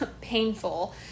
Painful